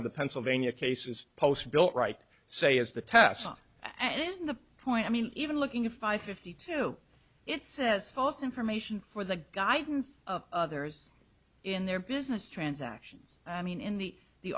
of the pennsylvania cases post built right say is the test and it isn't the point i mean even looking at five fifty two it says false information for the guidance of others in their business transactions i mean in the the